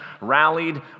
rallied